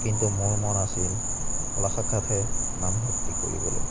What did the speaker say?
কিন্তু মোৰ মন আছিল কলা শাখাতহে নামভৰ্তি কৰিবলৈ